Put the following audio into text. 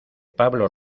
pablo